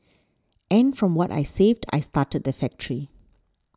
and from what I saved I started the factory